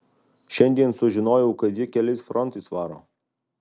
šiandien sužinojau kad ji keliais frontais varo